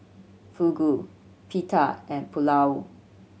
Fugu Pita and Pulao